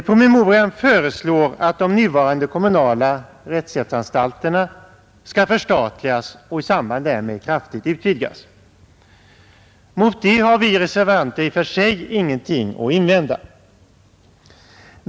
Promemorian föreslår att de nuvarande kommunala rättshjälpsanstalterna skall förstatligas och i samband därmed kraftigt utvidgas. Mot detta har vi reservanter i och för sig ingenting att invända.